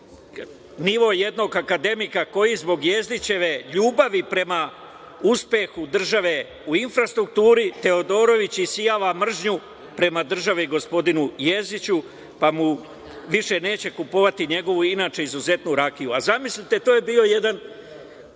nivo jednog akademika koji zbog Jezdićeve ljubavi prema uspehu države u infrastrukturi Teodorović isijava mržnju prema državi, gospodinu Jezdiću, pa mu više neće kupovati njegovu inače izuzetnu rakiju. A zamislite, to je bio jedan,